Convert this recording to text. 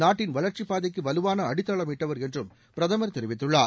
நாட்டின் வளர்ச்சிப் பாதைக்கு வலுவான அடித்தளமிட்டவர் என்றும் பிரதமர் தெரிவித்துள்ளார்